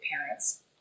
parents